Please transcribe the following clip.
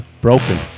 Broken